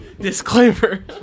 Disclaimer